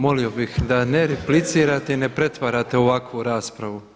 Molio bih da ne replicirate i ne pretvarate u ovakvu raspravu.